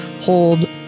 hold